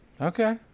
Okay